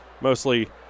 Mostly